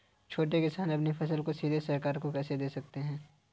छोटे किसान अपनी फसल को सीधे सरकार को कैसे दे सकते हैं?